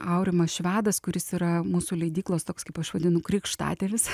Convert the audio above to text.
aurimas švedas kuris yra mūsų leidyklos toks kaip aš vadinu krikštatėvis